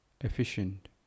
efficient